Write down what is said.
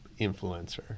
influencer